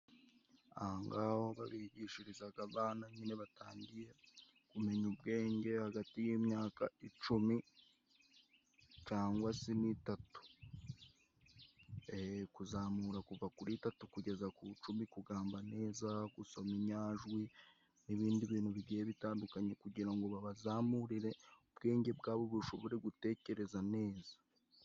Aha ngaha ho bahigishiriza abana nyine batangiye kumenya ubwenge, hagati y'imyaka icumi cyangwa se n'itatu, kuzamura kuva kuri itatu kugeza ku icumi, kugamba neza, gusoma inyajwi n'ibindi bintu bigiye bitandukanye, kugira ngo babazamurire ubwenge bwabo bushobore gutekereza neza.